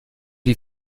die